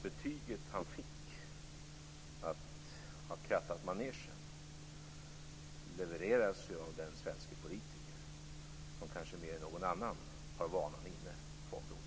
Betyget han fick, att ha krattat manegen, levereras av den svenske politiker som kanske mer än någon annan har vanan inne på området.